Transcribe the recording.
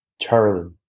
Charlie